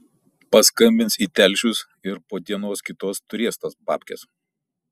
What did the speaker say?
paskambins į telšius ir po dienos kitos turės tas babkes